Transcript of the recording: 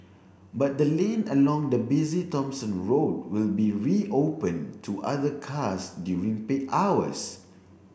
but the lane along the busy Thomson Road will be reopened to other cars during peak hours